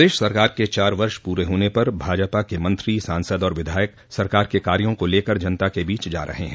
प्रदेश सरकार के चार वर्ष पूरे होने पर भाजपा के मंत्री सांसद और विधायक सरकार के कार्यों को लेकर जनता के बीच जा रहे हैं